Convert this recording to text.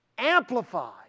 Amplify